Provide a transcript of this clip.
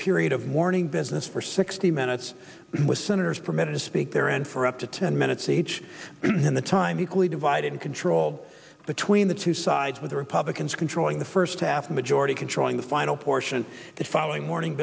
period of morning business for sixty minutes with senators permitted to speak there and for up to ten minutes each in the time equally divided and controlled between the two sides with the republicans controlling the first half a majority controlling the final portion the following morning